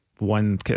One